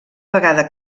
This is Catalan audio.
vegada